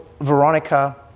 Veronica